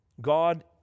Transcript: God